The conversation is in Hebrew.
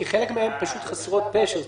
כי חלק מהן חסרות פשר,